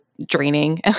Draining